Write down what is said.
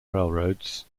railroads